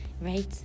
right